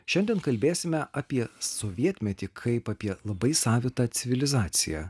šiandien kalbėsime apie sovietmetį kaip apie labai savitą civilizaciją